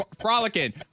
frolicking